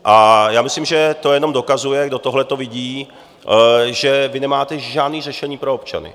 A já myslím, že to jenom dokazuje, kdo tohleto vidí, že vy nemáte žádné řešení pro občany.